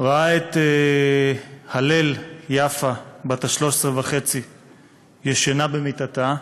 הוא ראה את הלל יפה בת ה-13.5 ישנה במיטתה,